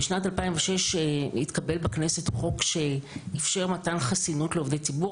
בשנת 2006 התקבל בכנסת חוק שאפשר מתן חסינות לעובדי ציבור,